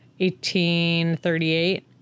1838